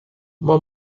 uma